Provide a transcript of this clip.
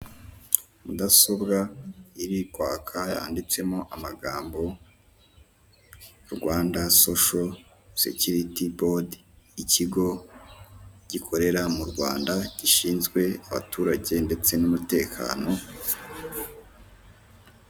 Inyubako ifite ibara ry'umweru ifite n'amadirishya y'umukara arimo utwuma, harimo amarido afite ibara ry'ubururu ndetse n'udutebe, ndetse hari n'akagare kicaramo abageze mu za bukuru ndetse n'abamugaye, harimo n'ifoto imanitsemo muri iyo nyubako.